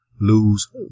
lose